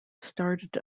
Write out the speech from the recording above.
started